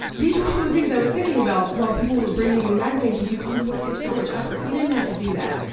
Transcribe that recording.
these were all the things i was thinking about while people were bringing me magazines, was like, oh, you went through so much effort, you didn't have to do that.